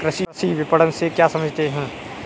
कृषि विपणन से क्या समझते हैं?